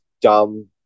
dumb